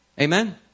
Amen